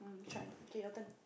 try okay your turn